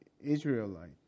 Israelite